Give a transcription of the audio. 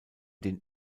den